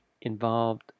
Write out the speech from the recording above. involved